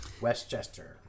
Westchester